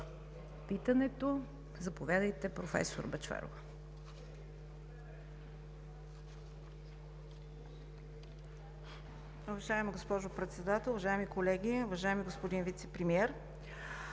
питането? Заповядайте, професор Бъчварова.